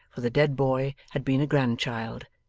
for the dead boy had been a grandchild,